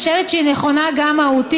אני חושבת שהיא נכונה גם מהותית,